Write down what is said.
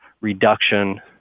reduction